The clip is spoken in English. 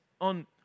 on